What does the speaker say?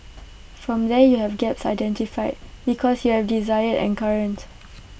from there you have gaps identified because you have desired and current